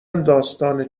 داستان